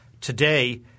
Today